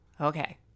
Okay